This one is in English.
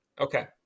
Okay